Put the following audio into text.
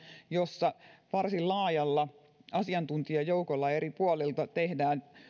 jossa varsin laajalla asiantuntijajoukolla eri puolilta tehdään